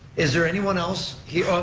is there anyone else, oh,